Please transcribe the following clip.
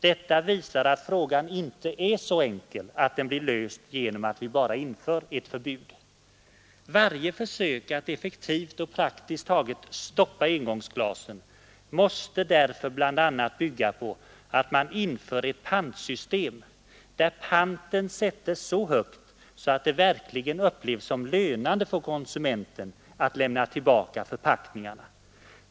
Detta visar att frågan inte är så enkel att den blir löst genom att vi bara inför ett förbud. Varje försök att effektivt och praktiskt taget ”stoppa engångsglasen” ste därför bl.a. bygga på att man inför ett pantsystem, där panten sättes så högt att det verkligen upplevs som lönande för konsumenten att lämna tillbaka förpackningarna.